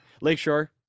Lakeshore